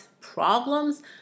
problems